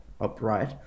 upright